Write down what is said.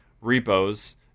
repos